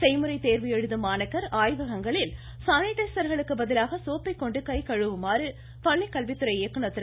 செய்முறை தோ்வு எழுதும் மாணாக்கா் ஆய்வகங்களில் சானிடைஸா்களுக்கு பதிலாக சோப்பை கொண்டு கை கழுவுமாறு பள்ளிக்கல்வித்துறை இயக்குநர் திரு